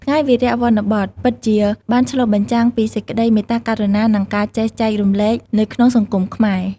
ថ្ងៃវារៈវ័នបតពិតជាបានឆ្លុះបញ្ចាំងពីសេចក្ដីមេត្តាករុណា និងការចេះចែករំលែកនៅក្នុងសង្គមខ្មែរ។